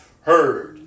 heard